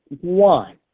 one